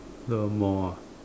the Mall ah